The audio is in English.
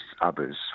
others